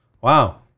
Wow